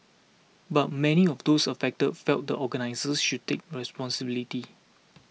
but many of those affected felt the organisers should take responsibility